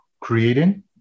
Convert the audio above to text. creating